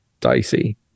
dicey